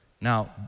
now